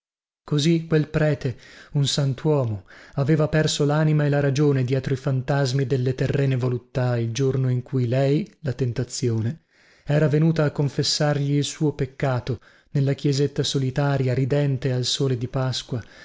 così quel prete un santuomo aveva perso lanima e la ragione dietro i fantasmi delle terrene voluttà il giorno in cui lei la tentazione era venuta a confessargli il suo peccato nella chiesetta solitaria ridente del sole di pasqua